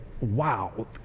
wow